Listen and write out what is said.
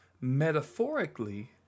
metaphorically